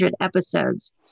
episodes